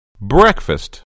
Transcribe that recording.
breakfast